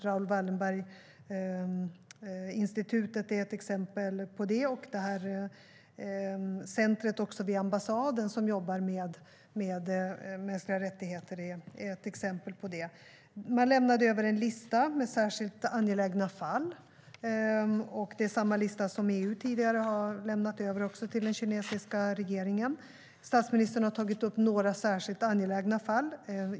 Raoul Wallenberg-institutet är ett exempel på det. Och centrumet vid ambassaden, som jobbar med mänskliga rättigheter, är ett exempel på det. Man lämnade över en lista med särskilt angelägna fall. Det är samma lista som EU tidigare har lämnat över till den kinesiska regeringen. Statsministern har tagit upp några särskilt angelägna fall.